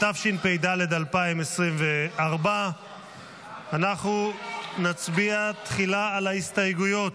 התשפ"ד 2024. אנחנו נצביע תחילה על ההסתייגויות.